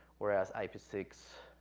whereas i p six,